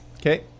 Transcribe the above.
Okay